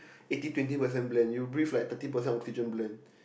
eighty twenty percent blend you will breathe like thirty percent oxygen blend